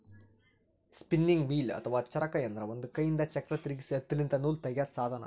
spinning wheel ಅಥವಾ ಚರಕ ಅಂದ್ರ ಒಂದ್ ಕೈಯಿಂದ್ ಚಕ್ರ್ ತಿರ್ಗಿಸಿ ಹತ್ತಿಲಿಂತ್ ನೂಲ್ ತಗ್ಯಾದ್ ಸಾಧನ